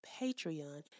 Patreon